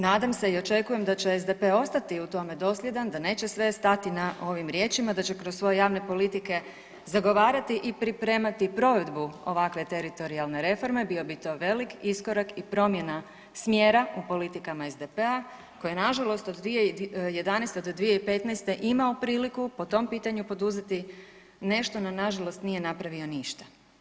Nadam se i očekujem da će SDP ostati u tome dosljedan, da neće sve stati na ovim riječima, da će kroz svoje javne politike zagovarati i pripremati provedbu ovakve teritorijalne reforme, bio bi to velik iskorak i promjena smjera u politikama SDP-a koji je nažalost od 2011. do 2015. imao priliku po tom pitanju poduzeti nešto, no nažalost nije napravio ništa.